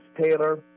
Taylor